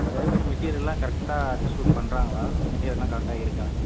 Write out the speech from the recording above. அதே மாதிரி மெட்டீரியல்லாம் கரெக்ட்டாக டிஸ்ட்ரிபியூட் பண்ணுறாங்களா மெட்டீரியல்லாம் கரெக்டாக இருக்கா